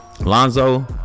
Lonzo